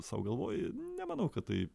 sau galvoji nemanau kad tai